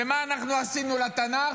ומה אנחנו עשינו לתנ"ך?